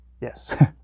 yes